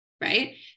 right